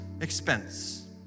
expense